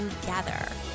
together